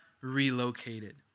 relocated